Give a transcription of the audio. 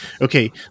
okay